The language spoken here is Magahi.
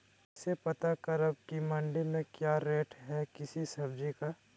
कैसे पता करब की मंडी में क्या रेट है किसी सब्जी का?